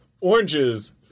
Oranges